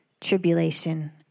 tribulation